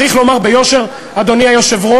וצריך לומר ביושר, אדוני היושב-ראש: